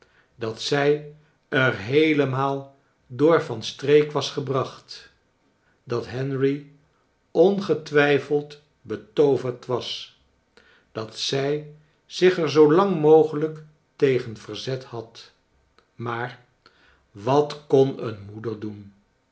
dat zij er heelemaal door van streek was gebracht dat henry ongetwijfeld betooverd was dat zij zich er zoolang mogelijk tegen verzet had maar wat kon een moeder doen